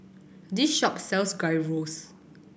this shop sells Gyros